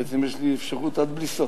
בעצם, יש לי אפשרות עד בלי סוף.